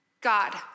God